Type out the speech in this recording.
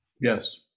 Yes